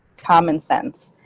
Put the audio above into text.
common sense.